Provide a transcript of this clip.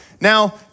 Now